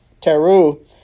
Teru